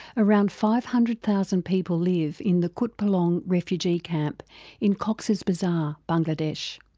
around five hundred thousand people live in the kutupalong refugee camp in cox's bazar, bangladesh.